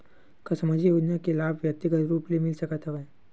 का सामाजिक योजना के लाभ व्यक्तिगत रूप ले मिल सकत हवय?